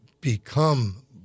become